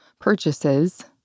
purchases